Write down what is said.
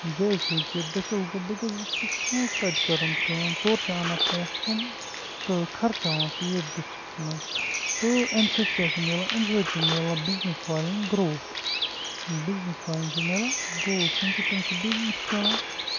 جیسے کہِ دٔسِل گوٚو بیٚکِس ڈِسٹِرٛکَس منٛز تَتہِ کٔرٕن کٲم تورِ چھِ آنان پونٛسہٕ تِم تہٕ خراچاوان چھُ ییٚتہِ ڈِسٹِرٛکَس منٛز تہٕ اَمہِ سۭتۍ کیٛاہ چھُ مِلان اَمہِ سۭتۍ چھِ مِلان بِزنِس والٮ۪ن گرٛوتھ بِزنِس والٮ۪ن چھِ ملان گرٛوتھ کیونکہِ تِم چھِ بِزنِس کَران